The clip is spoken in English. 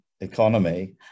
economy